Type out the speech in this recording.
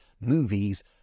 movies